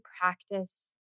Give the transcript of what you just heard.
practice